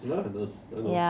he work as a nurse I know